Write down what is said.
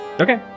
Okay